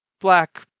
Black